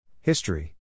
History